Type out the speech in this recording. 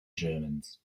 germans